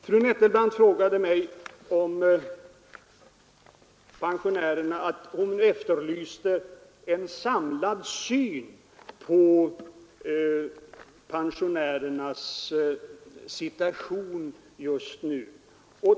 Fru Nettelbrandt efterlyste en samlad syn på pensionärernas situation just nu.